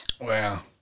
Wow